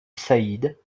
said